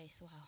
Wow